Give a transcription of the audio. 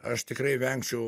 aš tikrai vengčiau